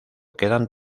quedan